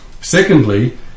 Secondly